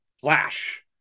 flash